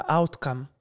outcome